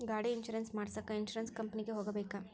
ಗಾಡಿ ಇನ್ಸುರೆನ್ಸ್ ಮಾಡಸಾಕ ಇನ್ಸುರೆನ್ಸ್ ಕಂಪನಿಗೆ ಹೋಗಬೇಕಾ?